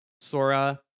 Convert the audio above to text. Sora